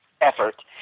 effort